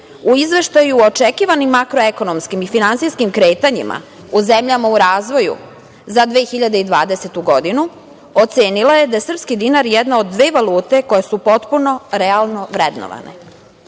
u izveštaju o očekivani makro-ekonomskim i finansijskim kretanjima u zemljama u razvoju za 2020. godinu, ocenila je da je srpski dinar jedna od dve valute koje su potpuno realno vrednovane. Emitovano